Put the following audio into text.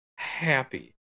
Happy